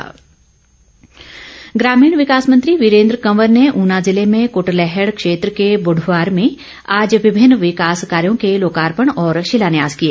वीरेन्द्र कंवर ग्रामीण विकास मंत्री वीरेन्द्र कंवर ने ऊना जिले में कूटलैहड़ क्षेत्र के बुढवार में आज विभिन्न विकास कार्यों के लोकार्पण और शिलान्यास किए